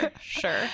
Sure